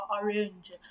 orange